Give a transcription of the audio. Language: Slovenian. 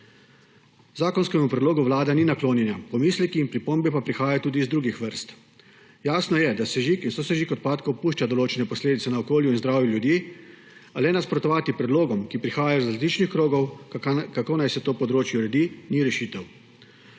Zakonskemu predlogu Vlada ni naklonjena, pomislek in pripombe pa prihajajo tudi iz drugih vrst. Jasno je, da sežig in sosežig odpadkov pušča določene posledice na okolju in zdravju ljudi, a le nasprotovati predlogom, ki prihajajo iz različnih krogov, kako naj se to področje uredi, ni rešitev.